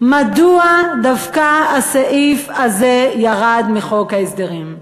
מדוע דווקא הסעיף הזה ירד מחוק ההסדרים?